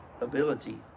ability